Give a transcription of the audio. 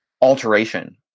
alteration